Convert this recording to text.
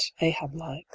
ahab-like